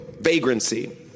vagrancy